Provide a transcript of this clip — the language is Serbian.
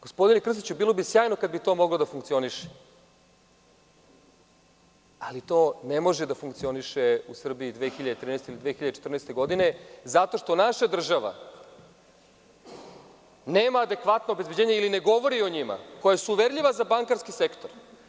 Gospodine Krstiću, bilo bi sjajno kada bi to moglo da funkcioniše, ali to ne može da funkcioniše u Srbiji 2013. ili 2014. godine zato što naša država nema adekvatno obezbeđenje ili ne govori o njima, koja su uverljiva za bankarski sektor.